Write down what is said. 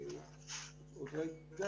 מתודולוגיית